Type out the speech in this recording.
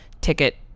ticket